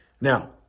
Now